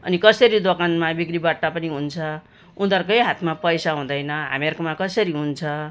अनि कसरी दोकानमा बिक्रीबट्टा पनि हुन्छ उनीहरूकै हातमा पैसा हुँदैन हामीहरूकोमा कसरी हुन्छ